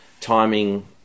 timing